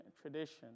tradition